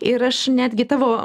ir aš netgi tavo